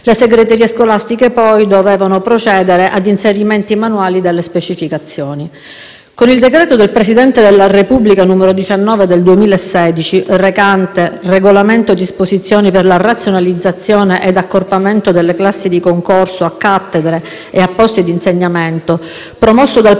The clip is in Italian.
Le segreterie scolastiche dovevano poi procedere ad inserimenti manuali delle specificazioni; con il decreto del Presidente della Repubblica n. 19 del 2016, recante «Regolamento recante disposizioni per la razionalizzazione ed accorpamento delle classi di concorso a cattedre e a posti di insegnamento», promosso dal